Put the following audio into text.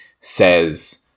says